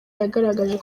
yagaragaje